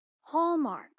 hallmark